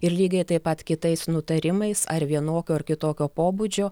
ir lygiai taip pat kitais nutarimais ar vienokio ar kitokio pobūdžio